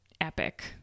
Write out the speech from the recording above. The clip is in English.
epic